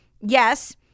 yes